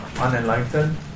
unenlightened